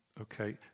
Okay